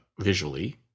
visually